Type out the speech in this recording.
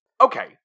Okay